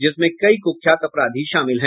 जिसमें कई कुख्यात अपराधी भी शामिल हैं